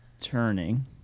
turning